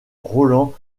roland